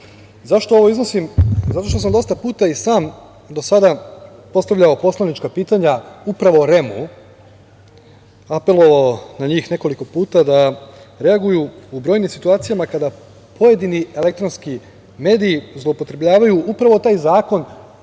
ovo iznosim? Zato što sam dosta puta i sam do sada postavljao poslanička pitanja upravo REM-u, apelovao na njih nekoliko puta da reaguju u brojnim situacijama kada pojedini elektronski mediji zloupotrebljavaju upravo taj zakon